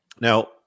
Now